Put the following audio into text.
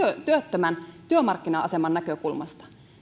myös työttömän työmarkkina aseman näkökulmasta